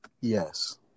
Yes